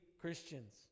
Christians